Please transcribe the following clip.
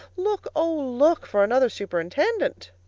look, oh, look for another superintendent!